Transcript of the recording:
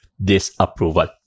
Disapproval